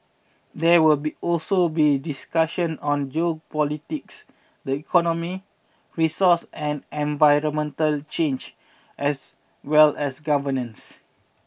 there will be also be discussions on geopolitics the economy resource and environmental challenge as well as governance